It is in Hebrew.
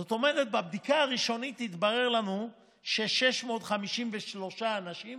זאת אומרת שבבדיקה הראשונית התברר לנו ש-653 אנשים,